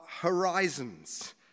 horizons